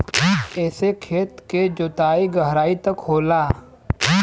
एसे खेत के जोताई गहराई तक होला